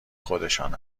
خودشان